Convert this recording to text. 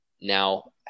now